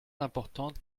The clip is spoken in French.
importante